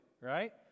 right